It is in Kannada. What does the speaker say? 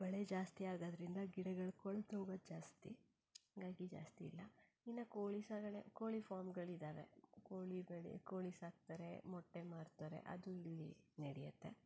ಮಳೆ ಜಾಸ್ತಿ ಆಗೋದ್ರಿಂದ ಗಿಡಗಳು ಕೊಳ್ತು ಹೋಗೋದು ಜಾಸ್ತಿ ಹಾಗಾಗಿ ಜಾಸ್ತಿ ಇಲ್ಲ ಇನ್ನು ಕೋಳಿ ಸಾಕಣೆ ಕೋಳಿ ಫಾರ್ಮ್ಗಳಿದ್ದಾವೆ ಕೋಳಿ ಬೆಳೆ ಕೋಳಿ ಸಾಕ್ತಾರೆ ಮೊಟ್ಟೆ ಮಾರುತ್ತಾರೆ ಅದು ಇಲ್ಲಿ ನಡೆಯತ್ತೆ